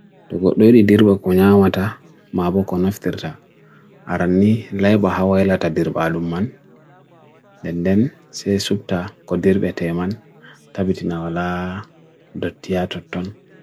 Sea creatures hokkita, ɓe ngoodari jango. ɓe hokkita baɗo ɓe fiiloo miijeeji fowru.